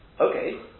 Okay